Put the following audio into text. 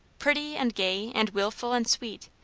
pretty and gay and wilful and sweet,